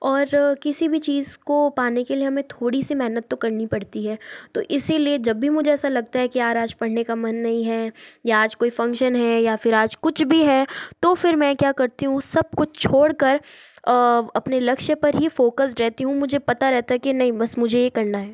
और किसी भी चीज़ को पाने के लिए हमें थोड़ी सी मेहनत तो करनी पड़ती है तो इसी लिए जब भी मुझे ऐसा लगता है कि यार आज पढ़ने का मन नहीं है या आज कोई फंक्शन है या फिर आज कुछ भी है तो फिर मैं क्या करती हूँ सब कुछ छोड़ कर अपने लक्ष्य पर ही फोकस्ड रहती हूँ मुझे पता रहता कि नहीं बस मुझे ये करना है